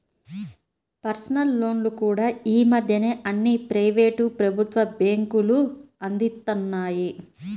personal లోన్లు కూడా యీ మద్దెన అన్ని ప్రైవేటు, ప్రభుత్వ బ్యేంకులూ అందిత్తన్నాయి